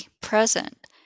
present